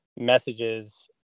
messages